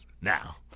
now